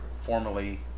formally